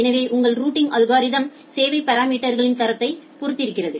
எனவே உங்கள் routing algorithm சேவை பாரா மீட்டர்களின் தரத்தைப் பொறுத்தது